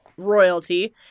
royalty